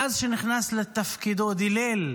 מאז שנכנס לתפקידו דילל